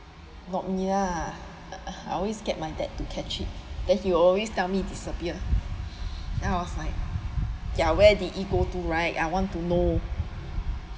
not me ah uh I always get my dad to catch it then he'll always tell me disappear then I was like ya where did it go to right I want to know